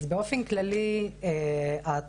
באופן כללי התוכנית,